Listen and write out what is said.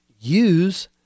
use